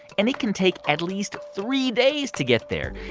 and it can take at least three days to get there.